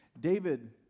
David